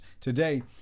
Today